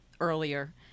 earlier